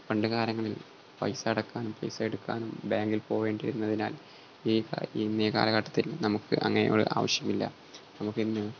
പണ്ട് കാലങ്ങളിൽ പൈസ അടക്കാനും പൈസ എടുക്കാനും ബാങ്കിൽ പോകേണ്ടിയിരുന്നതിനാൽ ഈ ഇന്നീ കാലഘട്ടത്തിൽ നമുക്ക് അങ്ങനെയുള്ള ആവശ്യമില്ല നമുക്ക് ഇന്ന്